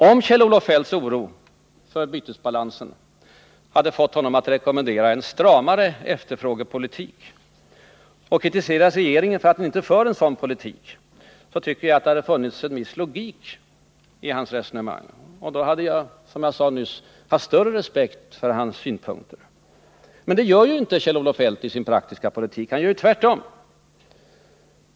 Om Kjell-Olof Feldts oro för bytesbalansen fått honom att rekommendera en stramare efterfrågepolitik, och om han kritiserat regeringen för att den inte för en sådan politik, tycker jag att det hade funnits en viss logik i hans resonemang. Då hade jag, som jag sade nyss, haft större respekt för hans synpunkter. Men det gör inte Kjell-Olof Feldt i sin praktiska politik, han gör tvärtom.